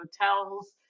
hotels